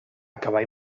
cavall